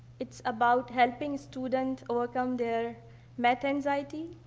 it's about helping students work on their math anxiety.